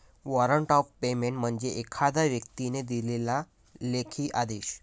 warrant of payment म्हणजे एखाद्या व्यक्तीने दिलेला लेखी आदेश